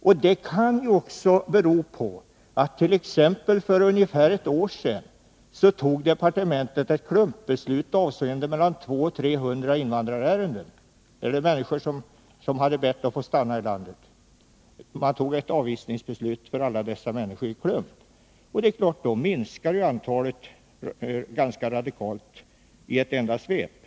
Men det kan bero på att departementet för ungefär ett år sedan fattade ett klumpbeslut i ett ärende som gällde mellan 200 och 300 människor som hade bett att få stanna i landet. Man fattade ett avvisningsbeslut för alla dessa människor i klump. Naturligtvis minskar antalet då ganska radikalt i ett enda svep.